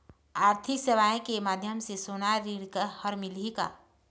आरथिक सेवाएँ के माध्यम से सोना ऋण हर मिलही का?